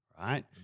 Right